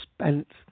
spent